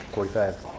forty five,